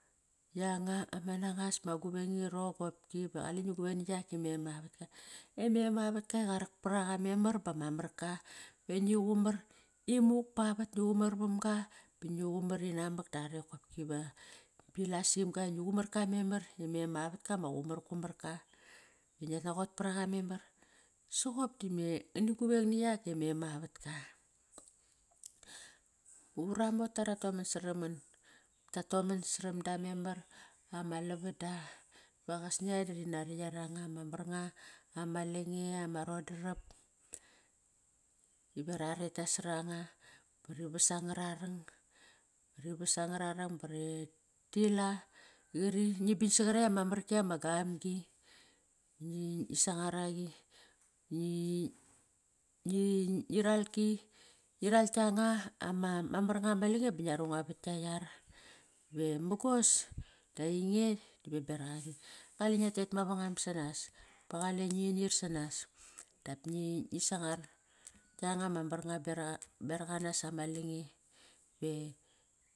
Yanga ma nangas, ma guveng irong qopki, va qale ngi guveng na yak e mem avatka. E mem avatka qarak paraqa memar bama marka. Ve ngi qumar imuk pavet, ngi qumar vamga ba ngi qumar inamak darek boqopki va ngi bilasim ga, ngi qumar ka memar emem avatka ma qumar qumarka. Ingia naqot paraqa memar, soqop dime ngani guveng na yak e mem avatka. Ura mota rataman saram ngan. Tatoman saram da memar ama lavada va qasnia da rinari yaranga ma mar nga ama lange ama rodarap iva raret nasor anga bari vasanga rarang, ri vasangararong bri rila qari ngi ban saqarekt ama marki ama gamgi ngi sangar aqi ngi, ngi ralki ngiral kianga ama mar nga ma lange ba ngia rung nga vat gia yar Ve mogos da enge ve beraq aqa kale ngia tet mevangam sanas ba qale nginir sanas Dap ngi sangar kianga ma mar nga berak anas ama lange.